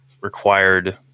required